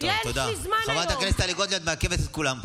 מה קרה?